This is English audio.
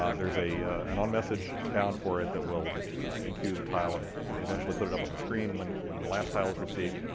ah there's an an onmessage bound for it that will in-cue the tile um and eventually put it up on the screen when when the last tile is received.